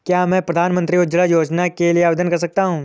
क्या मैं प्रधानमंत्री उज्ज्वला योजना के लिए आवेदन कर सकता हूँ?